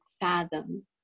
fathom